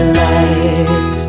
light